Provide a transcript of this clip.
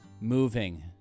moving